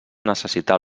necessitar